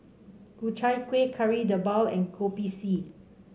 Ku Chai Kuih Kari Debal and Kopi C